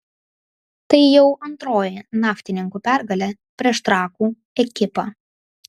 tai jau antroji naftininkų pergalė prieš trakų ekipą